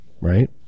right